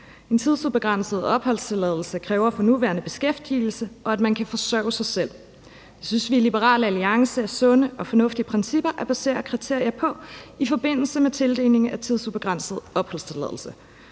Den tidsubegrænsede opholdstilladelse kræver for nuværende beskæftigelse, og at man kan forsørge sig selv. Det synes vi i Liberal Alliance er sunde og fornuftige principper at basere kriterier på i forbindelse med tildeling af tidsubegrænset opholdstilladelse.